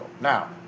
now